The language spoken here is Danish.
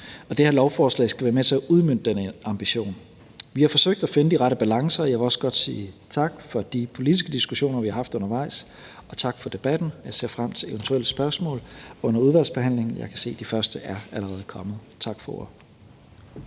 Og det her lovforslag skal være med til at udmønte denne ambition. Vi har forsøgt at finde de rette balancer, og jeg vil også godt sige tak for de politiske diskussioner, vi har haft undervejs. Jeg vil også sige tak for debatten. Jeg ser frem til eventuelle spørgsmål under udvalgsbehandlingen, og jeg kan se, at de første allerede er kommet. Tak for ordet.